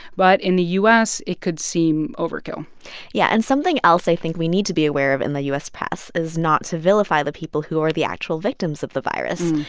but in the u s, it could seem overkill yeah. and something else i think we need to be aware of in the u s. press is not to vilify the people who are the actual victims of the virus,